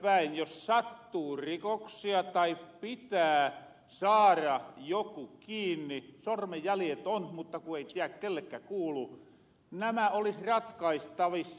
jäljestäpäin jos sattuu rikoksia tai pitää saada joku kiinni sormenjäljet on mutta kun ei tiedä kellekä kuuluu nämä olis ratkaistavissa